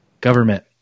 Government